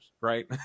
right